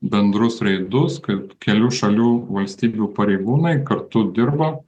bendrus reidus kaip kelių šalių valstybių pareigūnai kartu dirba